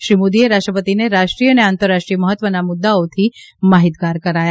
શ્રી મોદીએ રાષ્ટ્રપતિને રાષ્ટ્રીય અને આંતરરાષ્ટ્રીય મહત્વના મુદ્દાઓનથી માહિતગાર કરાયા